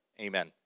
amen